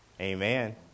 Amen